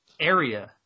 area